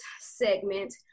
segment